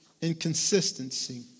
inconsistency